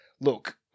look